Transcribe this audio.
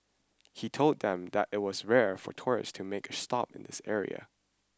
he told them that it was rare for tourists to make a stop at this area